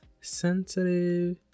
Sensitive